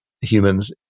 humans